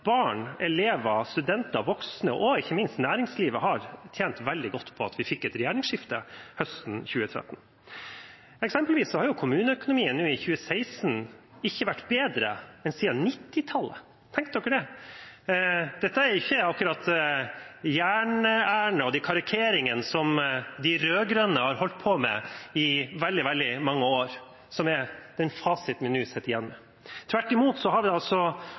barn, elever, studenter, voksne og – ikke minst – næringslivet har tjent veldig godt på at vi fikk et regjeringsskifte høsten 2013. Eksempelvis har ikke kommuneøkonomien i 2016 vært bedre siden 1990-tallet – tenk på det. Det er ikke akkurat Jern-Erna og de karikeringene som de rød-grønne har holdt på med i veldig mange år, som er fasiten vi sitter igjen med. Tvert imot har en mer enn noen gang lagt bedre til rette for at vi